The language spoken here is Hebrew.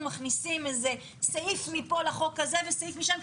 מכניסים איזה סעיף מפה לחוק הזה וסעיף משם,